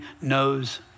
knows